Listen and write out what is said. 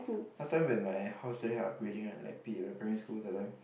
last time when my house during the upgrading right like P like primary school that time